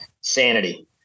sanity